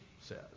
says